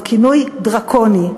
בכינוי "דרקוני",